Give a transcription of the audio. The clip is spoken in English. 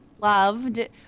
loved